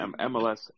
MLS